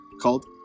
called